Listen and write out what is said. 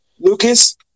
Lucas